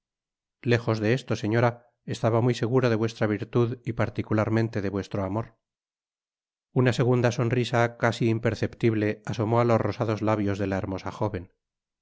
lejos de esto señora estaba muy seguro de vuestra virtud y particularmente de vuestro amor una segunda sonrisa casi imperceptible asomó á los rosados labios de la hermosa jóven